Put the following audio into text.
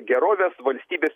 gerovės valstybės